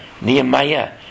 Nehemiah